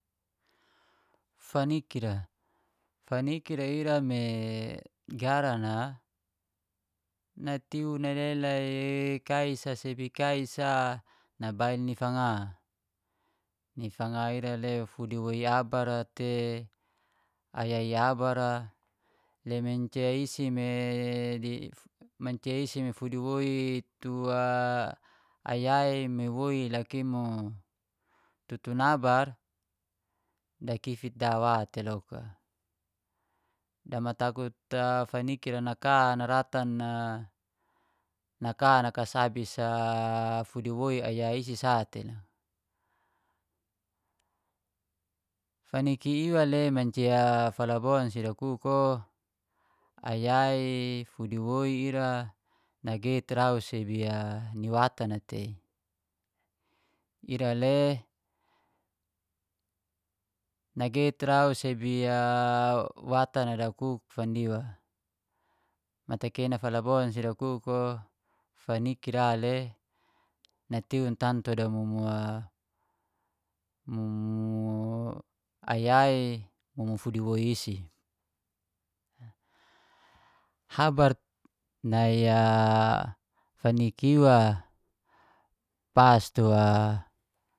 Faniki ra, faniki ra ira me garan a natiu nalela i kai sa sebi kai sa nabain ni fanga. Ni fanga ira le fudi woi abar ra te. ayai abar ra, le mancia isi me di mancia isi me fudi woi tua ayai me woi loka i mo tutu nabar dakifit dawa teiloka. Damatakuk faniki naka naratan naka nakasabis fudi woi, ayai isi sate lo. Faniki iwale mancia falabon si dakuk o ayai, fudi woi, ira nageit rau sebi ni watan a tei. Ira le nageit rau sebi watan dakuk fandiwa, matakena falabon si dakuk o faniki ra le natiu tantu damumu mumu ayai, mumu fudi woi isi. Habar nai faniki iwa pas tua